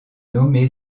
nommé